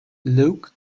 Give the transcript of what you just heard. luke